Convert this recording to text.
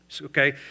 Okay